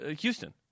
Houston